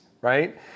right